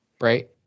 Right